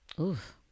Oof